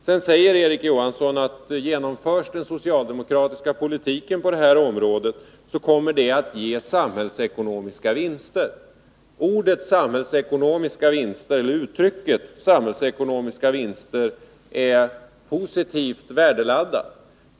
Sedan säger Erik Johansson att om den socialdemokratiska politiken genomförs på detta område, kommer det att ge samhällsekonomiska vinster. Uttrycket samhällsekonomiska vinster är positivt värdeladdat.